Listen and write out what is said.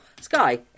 Sky